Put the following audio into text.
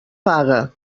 paga